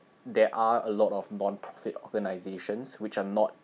there are a lot of nonprofit organisations which are not